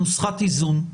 נוסחת איזון,